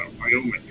Wyoming